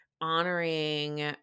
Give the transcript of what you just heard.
honoring